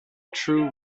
true